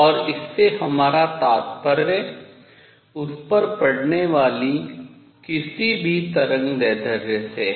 और इससे हमारा तात्पर्य उस पर पड़ने वाली किसी भी तरंगदैर्घ्य से है